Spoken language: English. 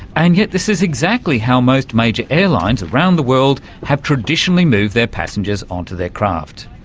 and yet this is exactly how most major airlines around the world have traditionally moved their passengers onto their craft.